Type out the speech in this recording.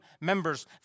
members